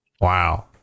Wow